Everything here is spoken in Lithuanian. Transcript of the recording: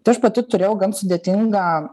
tai aš pati turėjau gan sudėtingą